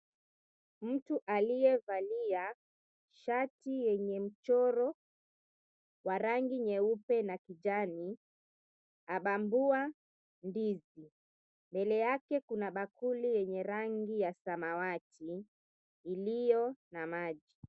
Aliyevalia shati yenye mchoro wa rangi nyeupe na kijani abambua ndizi. Mbele yake kuna bakuli yenye rangi ya samawati iliyo na maji.